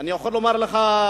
אני יכול לומר לך,